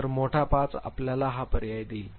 तर मोठा 5 आपल्याला हा पर्याय देईल